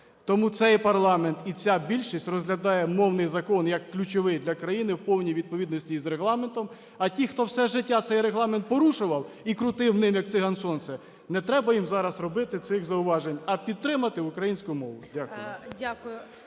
Тому цей парламент і ця більшість розглядає мовний закон як ключовий для країни в повній відповідності із Регламентом. А ті, хто все життя цей Регламент порушував і крутив ним, як циган сонцем, не треба їм зараз робити цих зауважень, а підтримати українську мову. Дякую.